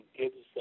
gives